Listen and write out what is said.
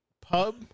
Pub